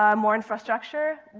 um more infrastructure,